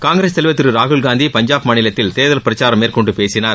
காங்கிரஸ் தலைவர் திரு ராகுல்காந்தி பஞ்சாப் மாநிலத்தில் தேர்தல் பிரச்சாரம் மேற்கொண்டு பேசினார்